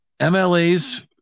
MLAs